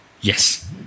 yes